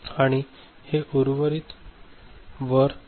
आणि हे उर्वरित 0 वर असेल